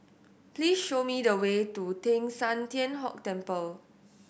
please show me the way to Teng San Tian Hock Temple